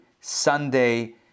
Sunday